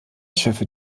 schiffe